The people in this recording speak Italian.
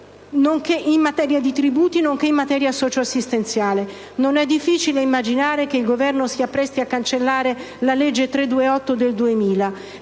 vigente in materia di tributi, nonché in materia socio-assistenziale. Non è difficile immaginare che il Governo si appresti a cancellare la legge n. 328 del 2000